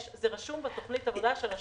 זה רשום בתוכנית העבודה.